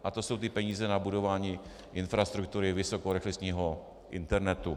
A to jsou ty peníze na budování infrastruktury vysokorychlostního internetu.